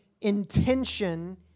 intention